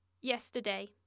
yesterday